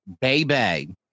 baby